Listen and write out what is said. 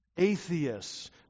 Atheists